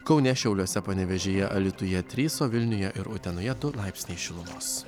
kaune šiauliuose panevėžyje alytuje trys o vilniuje ir utenoje du laipsniai šilumos